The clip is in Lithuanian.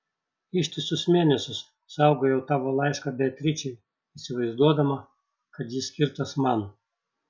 ištisus mėnesius saugojau tavo laišką beatričei įsivaizduodama kad jis skirtas man